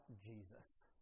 Jesus